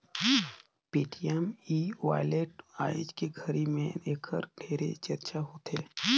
Paytm e wallet आयज के घरी मे ऐखर ढेरे चरचा होवथे